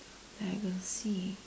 legacy